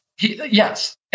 Yes